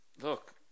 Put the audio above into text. Look